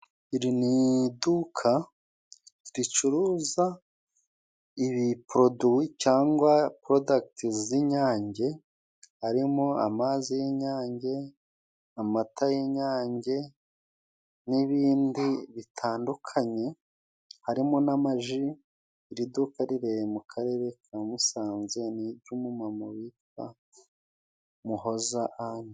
Iri ni iduka ricuruza ibiporoduwi cyangwa porodagiti z' inyange harimo amazi y'inyange, amata y'inyange n'ibindi bitandukanye, harimo n'amaji, iri duka riherereye mu karere ka Musanze ni iry'umuma witwa Muhoza Ane.